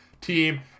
team